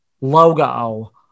logo